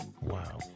Wow